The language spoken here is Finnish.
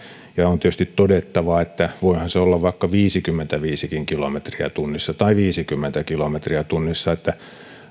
ja on tietysti todettava että voihan se olla vaikka viisikymmentäviisikin kilometriä tunnissa tai viisikymmentä kilometriä tunnissa